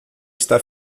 está